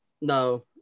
No